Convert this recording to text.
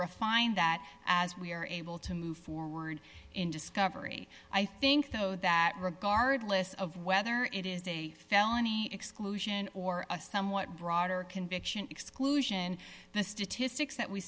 refine that as we are able to move forward in discovery i think though that regardless of whether it is a felony exclusion or a somewhat broader conviction exclusion the statistics that we